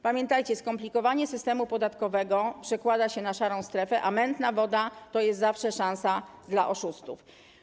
Pamiętajcie, skomplikowanie systemu podatkowego przekłada się na szarą strefę, a mętna woda jest zawsze szansą dla oszustów.